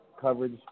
coverage